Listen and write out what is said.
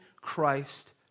Christ